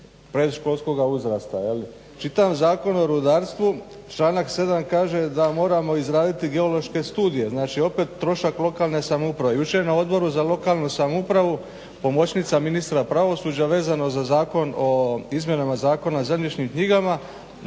predškolskog uzrasta. Čitam Zakon o rudarstvu članak 7.kaže da moramo izraditi geološke studije, znači opet trošak lokalne samouprave. Jučer na odboru za lokalnu samoupravu pomoćnica ministra pravosuđa vezano za zakon o izmjenama Zakona o zemljišnim knjigama